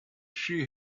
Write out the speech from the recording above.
she